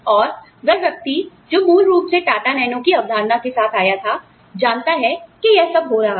अब वह व्यक्ति जो मूल रूप से टाटा नैनो की अवधारणा के साथ आया था जानता है कि यह सब हो रहा है